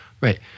Right